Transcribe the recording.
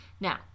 Now